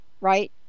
right